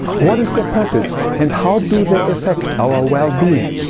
what is their purpose and how do they affect our wellbeing?